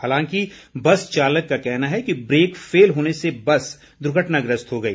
हालांकि बस चालक का कहना है कि ब्रेक फेल होने से बस दुर्घटनाग्रस्त हो गई